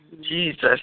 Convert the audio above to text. Jesus